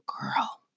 girl